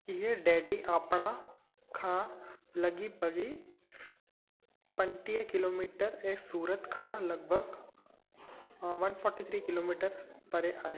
हीउ डैडी आपणा खां लॻ भॻ पंटीह किलो मीटर ऐं सूरत खां लॻभॻ one forty three kilometre परे आहे